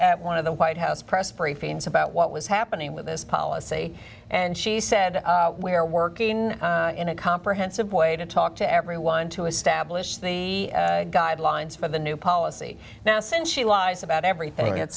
at one of the white house press briefings about what was happening with this policy and she said we're working in a comprehensive way to talk to everyone to establish the guidelines for the new policy now since she lies about everything it's